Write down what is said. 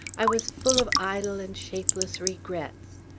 i was full of idle and shapeless regrets.